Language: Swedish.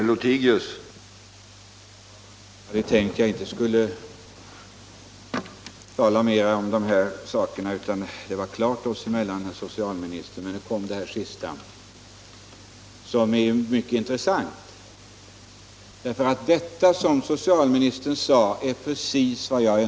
Herr talman! Jag hade inte tänkt att säga något mera. Jag trodde att det var klart mellan socialministern och mig. Men så kom nu detta senaste påstående från socialministerns sida, som är mycket intressant. Vad socialministern sade är nämligen precis vad jag vill.